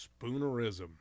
Spoonerism